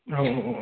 औ औ औ